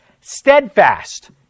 steadfast